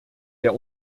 der